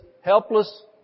helpless